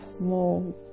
more